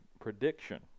prediction